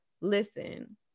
Listen